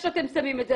איך שאתם שמים את זה,